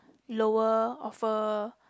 lower offer